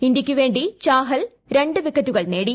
ഇന്ത്യയ്ക്കു വേണ്ടി ചാഹൽ രണ്ട് വിക്കറ്റുകൾ നേടി